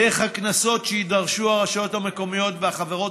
דרך הקנסות שיידרשו הרשויות המקומיות והחברות